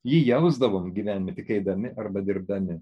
jį jausdavom gyvenimą tik eidami arba dirbdami